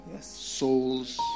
souls